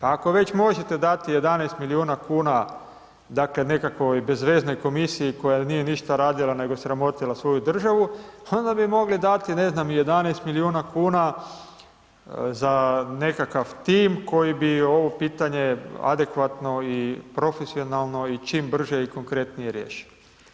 Ako već možete dati 11 milijuna kuna, dakle, nekakvoj bezveznoj komisiji koja nije ništa radila nego sramotila svoju državu, onda bi mogli dati, ne znam, 11 milijuna kuna za nekakav tim koji bi ovo pitanje adekvatno i profesionalno i čim brže i konkretnije riješio.